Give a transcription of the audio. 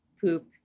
poop